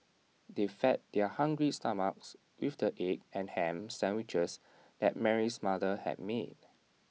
they fed their hungry stomachs with the egg and Ham Sandwiches that Mary's mother had made